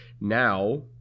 now